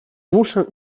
muszę